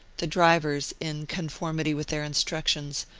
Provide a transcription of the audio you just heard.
the drivers, in conformity with their instructions,